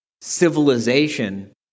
civilization